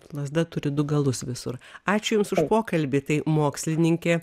lazda turi du galus visur ačiū jums už pokalbį tai mokslininkė